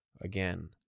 Again